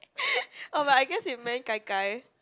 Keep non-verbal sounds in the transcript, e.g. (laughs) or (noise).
(laughs) oh but I guess it meant gai-gai